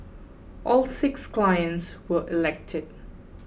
all six clients were elected